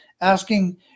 Asking